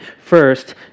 First